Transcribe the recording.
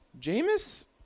Jameis